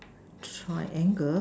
triangle